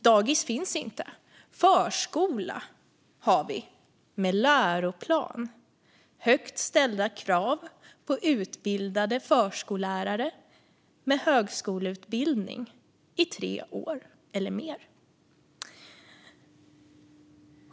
Dagis finns inte. Vi har förskola med läroplan och högt ställda krav på utbildade förskollärare med högskoleutbildning på tre år eller mer.